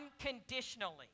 unconditionally